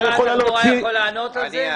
אני אענה.